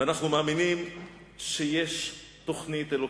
ואנחנו מאמינים שיש תוכנית אלוקית.